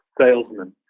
salesman